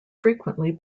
frequently